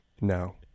no